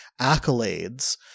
accolades